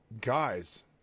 guys